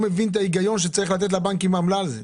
אני לא מבין את ההיגיון שצריך לתת לבנקים עמלה על זה.